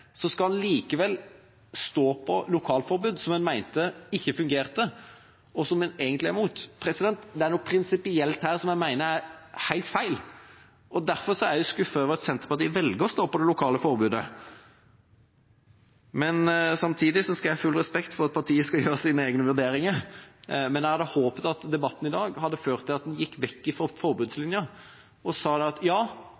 skal en likevel stå på et lokalt forbud som en mente ikke fungerte, og som en egentlig er mot. Det er noe prinsipielt her som jeg mener er helt feil, og derfor er jeg skuffet over at Senterpartiet velger å stå på det lokale forbudet. Samtidig skal jeg ha full respekt for at partier skal gjøre sine egne vurderinger, men jeg hadde håpet at debatten i dag hadde ført til at en gikk bort fra forbudslinjen og sa at ja,